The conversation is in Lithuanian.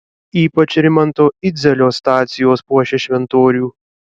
ypač rimanto idzelio stacijos puošia šventorių